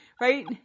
Right